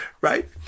right